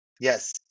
Yes